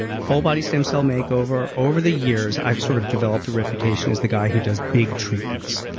full body stem cell makeover over the years i've sort of developed the reputation as the guy who does big treatments.